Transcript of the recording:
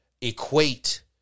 equate